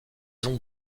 ont